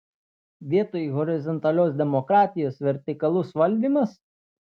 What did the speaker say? vietoj horizontalios demokratijos vertikalus valdymas